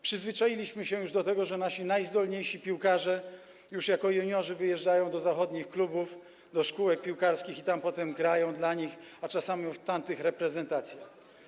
Przyzwyczailiśmy się już do tego, że nasi najzdolniejsi piłkarze już jako juniorzy wyjeżdżają do zachodnich klubów, do szkółek piłkarskich i tam potem grają dla nich, a czasami w tamtych reprezentacjach.